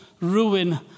ruin